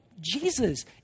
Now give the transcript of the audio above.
Jesus